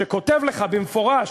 שכותב לך במפורש,